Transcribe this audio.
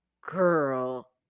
girl